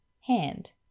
hand